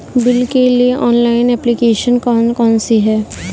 Bill के लिए online application कौन कौन सी हैं?